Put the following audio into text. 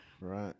Right